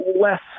less